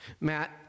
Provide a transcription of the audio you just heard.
Matt